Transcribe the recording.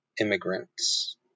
immigrants